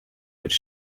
which